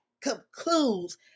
concludes